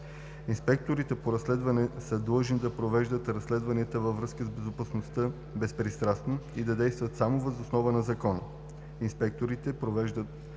Инспекторите по разследването са длъжни да провеждат разследванията във връзка с безопасността безпристрастно и да действат само въз основа на закона. Инспекторите провеждат